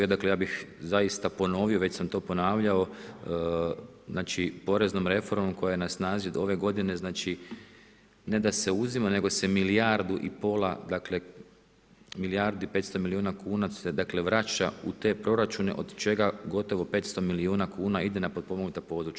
Ja bih dakle zaista ponovio, već sam to ponavljao, znači poreznom reformom koja je na snazi ove godine znači ne da se uzima nego se milijardu i pola dakle, milijardu i 500 milijuna kuna se vraća u te proračune od čega gotovo 500 milijuna kuna ide na potpomognuta područja.